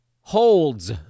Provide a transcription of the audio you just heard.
Holds